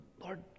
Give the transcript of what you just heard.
Lord